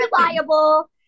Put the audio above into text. reliable